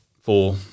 four